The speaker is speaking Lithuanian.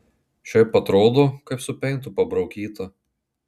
šiaip atrodo kaip su peintu pabraukyta